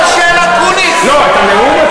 לא, את הנאום.